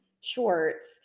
shorts